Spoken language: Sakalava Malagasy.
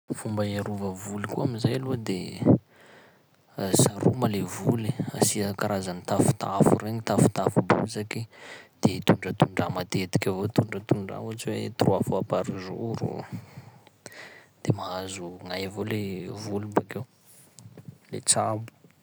Fomba hiarova voly koa am'zay aloha de: saroma le voly, asia karazan'ny tafotafo regny, tafotafo bozaky, de tondratondraha matetiky avao, tondratondraha ohatsy hoe trois fois par jour o, de mahazo gnay avao le voly bakeo, le tsabo.